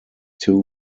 two